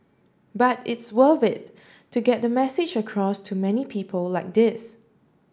but it's worth it to get the message across to many people like this